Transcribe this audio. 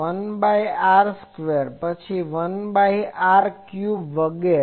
1 by r square પછી 1 by r cube વગેરે